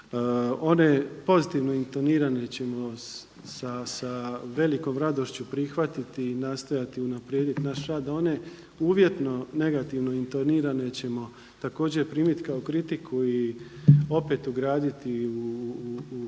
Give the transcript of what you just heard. one pozitivno intonirane ćemo sa velikom radošću prihvatiti i nastojati unaprijediti naš rad a one uvjetno negativno intonirane ćemo također primiti kao kritiku i opet ugraditi u